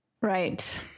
Right